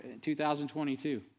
2022